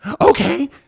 Okay